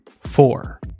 Four